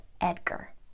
Edgar